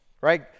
Right